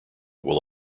will